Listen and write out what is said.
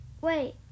wait